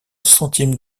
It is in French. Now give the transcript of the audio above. centimes